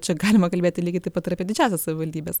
čia galima kalbėti lygiai taip pat ir apie didžiąsias savivaldybes